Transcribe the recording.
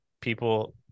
people